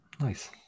Nice